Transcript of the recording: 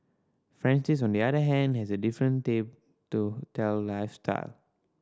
Francis on the other hand has a different tale to tell lifestyle